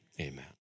amen